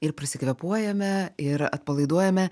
ir prasikvėpuojame ir atpalaiduojame